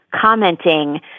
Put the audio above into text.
commenting